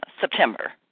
September